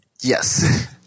Yes